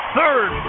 third